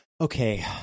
Okay